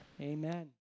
Amen